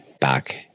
back